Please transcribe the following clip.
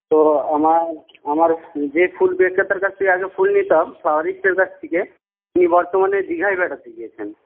তো আমার আমার যে ফুল বিক্রেতার কাছ থেকে আগে ফুল নিতাম উনি বর্তমানে দীঘায় বেড়াতে গিয়েছেন